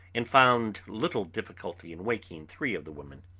and found little difficulty in waking three of the women.